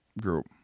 group